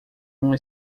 uma